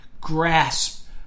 grasp